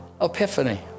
epiphany